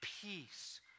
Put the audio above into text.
peace